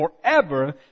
forever